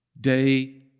Day